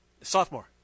sophomore